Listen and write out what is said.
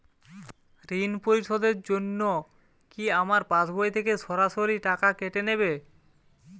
ঋণ পরিশোধের জন্য কি আমার পাশবই থেকে সরাসরি টাকা কেটে নেবে?